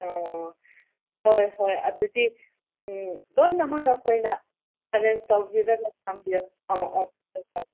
ꯑꯣ ꯍꯣꯏ ꯍꯣꯏ ꯑꯗꯨꯗꯤ ꯂꯣꯏꯅꯃꯛ ꯅꯈꯣꯏꯅ ꯑꯦꯔꯦꯟꯁ ꯇꯧꯕꯤꯔꯒ ꯊꯝꯕꯤꯌꯣ ꯑꯥ ꯑꯥ ꯍꯣꯏ ꯍꯣꯏ